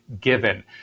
given